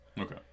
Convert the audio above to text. Okay